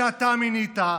שאתה מינית,